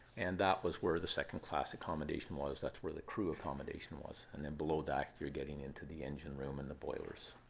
and that was where the second-class accommodation was. that's where the crew accommodation was. and then below that, you're getting into the engine room and the boilers.